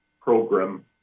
program